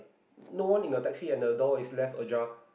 no one in the taxi and the door is left ajar